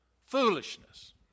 foolishness